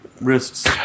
wrists